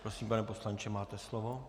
Prosím, pane poslanče, máte slovo.